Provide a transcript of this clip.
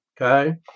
Okay